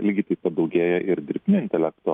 lygiai taip pat daugėja ir dirbtinio intelekto